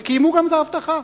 וקיימו גם את ההבטחה.